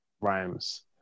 Rhymes